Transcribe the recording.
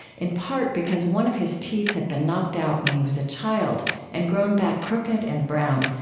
in part because one of his teeth had been knocked out when he was a child and grown back crooked and brown,